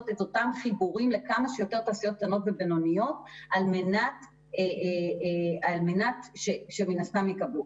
את אותם חיבורים לכמה שיותר תעשיות קטנות ובינוניות שמן הסתם יקבלו.